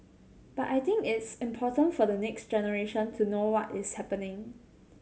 but I think it's important for the next generation to know what is happening